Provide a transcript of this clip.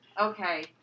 Okay